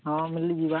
ହଁ ମିଳିଯିବ